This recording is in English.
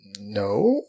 No